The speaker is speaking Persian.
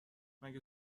مگه